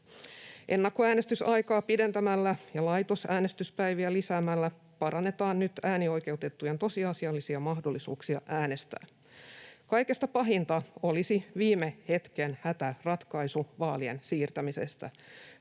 Ennakkoäänestysaikaa pidentämällä ja laitosäänestyspäiviä lisäämällä parannetaan nyt äänioikeutettujen tosiasiallisia mahdollisuuksia äänestää. Kaikesta pahinta olisi viime hetken hätäratkaisu vaalien siirtämisestä.